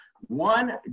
One